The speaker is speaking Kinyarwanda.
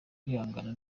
kwihangana